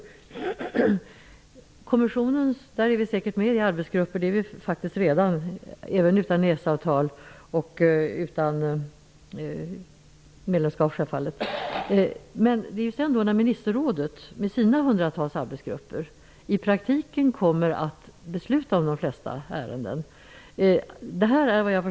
Vad gäller kommissionen är Sverige redan representerat i arbetsgrupper -- även utan EES-avtal och självfallet även utan medlemskap. Men ministerrådet med sina hundratals arbetsgrupper kommer i praktiken att besluta om de flesta ärenden.